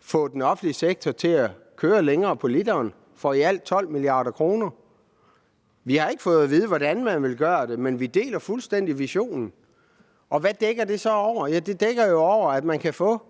få den offentlige sektor til at køre længere på literen for i alt 12 mia. kr. Vi har ikke fået at vide, hvordan man vil gøre det, men vi deler fuldstændig visionen. Og hvad dækker det så over? Ja, det dækker jo over, at man kan få